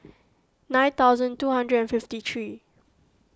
nine thousand two hundred and fifty three